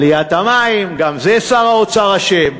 עליית מחיר המים, גם בזה שר האוצר אשם,